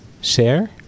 share